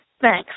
Thanks